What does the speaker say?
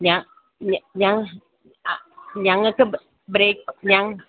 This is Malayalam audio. ഞാൻ ഞാൻ ആ ഞങ്ങൾക്ക് ബ്രേക്ക് ഞ